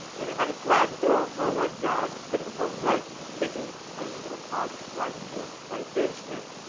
and it had a sliding door on one side, but it was only like it was tiny little car with a sliding door, right? very strange.